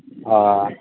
हां